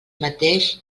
mateix